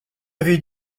avais